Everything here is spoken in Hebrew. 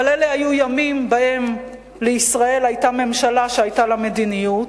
אבל אלה היו ימים שבהם לישראל היתה ממשלה שהיתה לה מדיניות.